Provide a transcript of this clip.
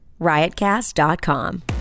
riotcast.com